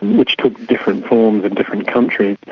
which took different forms in different countries,